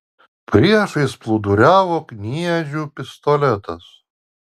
priešais plūduriavo kniedžių pistoletas